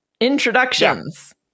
Introductions